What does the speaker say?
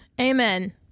Amen